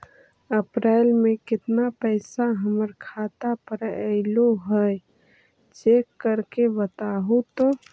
अप्रैल में केतना पैसा हमर खाता पर अएलो है चेक कर के बताहू तो?